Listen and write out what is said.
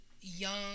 young